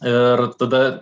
ir tada